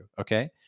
Okay